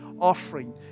offering